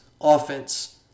offense